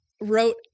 wrote